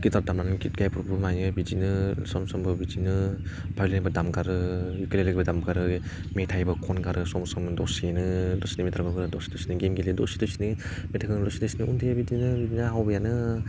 guitar दामनानै गिट गायब्रबो मायो बिदिनो सम समबो बिदिनो भाइलिनबो दामगारो उकुलेबो दामगारो मेथाइबो खनगारो सम सम दसेनो दसे नायबाय थाबाबो दसे दसेनो गेम गेलेयो दसे दसेनो मेथाइ खनो दसे दसेनो उन्दुयो बिदिनो आंनि हबियानो